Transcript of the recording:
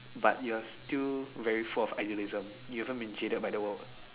but your still very full of idealism you haven't be jaded by the world